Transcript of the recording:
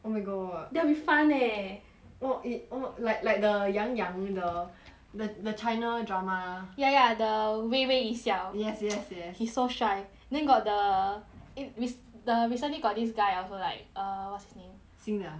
oh my god that will be fun leh oh eh oh like like the yang yang the the the china drama ya ya the 微微一笑 yes yes yes he's so 帅 then got the eh the recently got this guy also like err what's his name 新的 ah